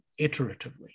iteratively